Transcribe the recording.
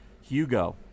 Hugo